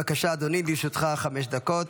בבקשה, אדוני, לרשותך חמש דקות.